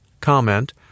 comment